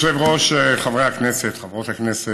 אדוני היושב-ראש, חברי הכנסת, חברות הכנסת,